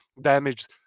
damaged